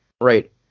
right